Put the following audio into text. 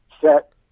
set